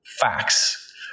facts